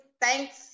Thanks